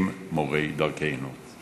הם מורי דרכנו.